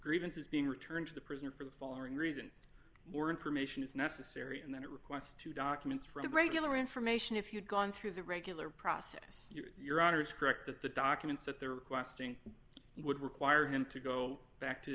grievances being returned to the prisoner for the following reasons more information is necessary and then it requests two documents for the regular information if you'd gone through the regular process your honor is correct that the documents that there are you would require him to go back to